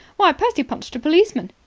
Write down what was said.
why, percy punched a policeman.